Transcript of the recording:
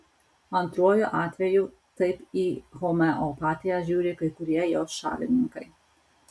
antruoju atveju taip į homeopatiją žiūri kai kurie jos šalininkai